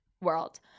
world